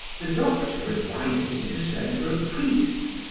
the doctor advises me to send for a priest.